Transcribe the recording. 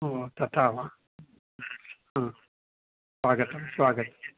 ओ तथा वा स्वागतं स्वागतं